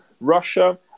Russia